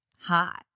hot